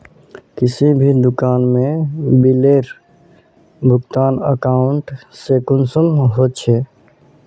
किसी भी दुकान में बिलेर भुगतान अकाउंट से कुंसम होचे?